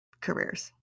careers